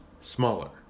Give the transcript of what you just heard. smaller